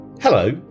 Hello